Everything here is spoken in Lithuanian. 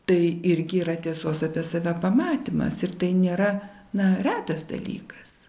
tai irgi yra tiesos apie save pamatymas ir tai nėra na retas dalykas